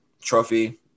trophy